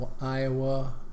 Iowa